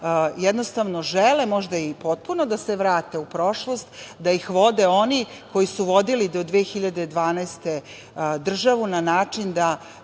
i da žele možda i potpuno da se vrate u prošlost, da ih vode oni koji su vodili do 2012. godine državu na način da